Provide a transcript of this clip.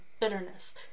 bitterness